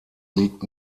liegt